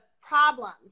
problems